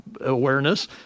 awareness